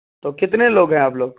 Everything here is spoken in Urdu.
کتنے لوگ ہیں آپ لوگ